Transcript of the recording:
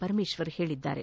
ಪರಮೇಶ್ವರ್ ಹೇಳಿದ್ದಾರೆ